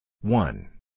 One